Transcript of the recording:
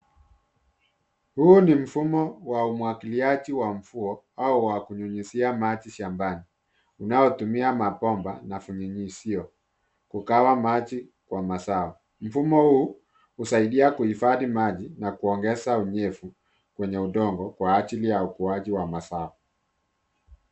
Huu ni mfumo wa umwagiliaji wa mfuo au wa kunyunyizia maji shambani, unaotumia mabomba na vinyunyizio kugawa maji kwa mazao. Mfumo huu husaidia kuhifadhi maji na kuongeza unyevu kwenye udongo, kwa ajili ya ukuaji wa mazao.